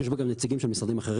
שיש בה גם נציגים של משרדים אחרים,